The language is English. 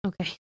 Okay